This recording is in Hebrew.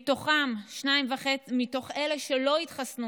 מתוך אלה שלא התחסנו,